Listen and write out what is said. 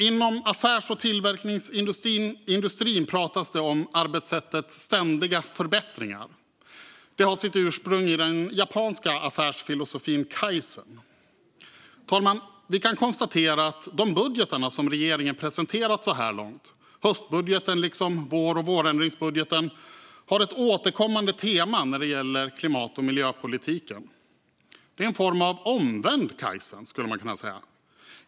Inom affärsvärlden och tillverkningsindustrin pratas det om arbetssättet ständiga förbättringar. Detta har sitt ursprung i den japanska affärsfilosofin kaizen. Vi kan konstatera att de budgetar som regeringen har presenterat så här långt - höstbudgeten liksom vårbudgeten och vårändringsbudgeten - har ett återkommande tema när det gäller klimat och miljöpolitiken. Det är en form av omvänd kaizen, skulle man kunna säga.